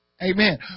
Amen